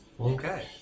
Okay